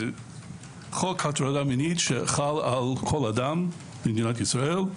חוק הטרדה מינית שחל על כל אדם במדינת ישראל: